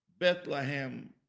Bethlehem